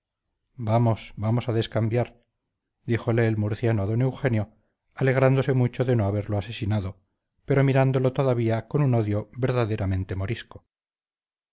vamos vamos a descambiar díjole el murciano a don eugenio alegrándose mucho de no haberlo asesinado pero mirándolo todavía con un odio verdaderamente morisco